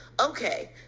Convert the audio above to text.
Okay